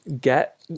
get